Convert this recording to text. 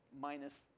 minus